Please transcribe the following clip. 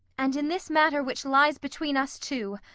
and in this matter which lies between us two,